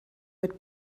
mit